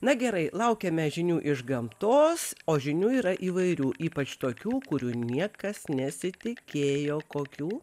na gerai laukiame žinių iš gamtos o žinių yra įvairių ypač tokių kurių niekas nesitikėjo kokių